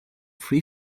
free